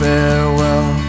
Farewell